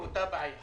באותה בעיה